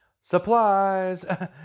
Supplies